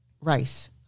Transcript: rice